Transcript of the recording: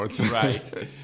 right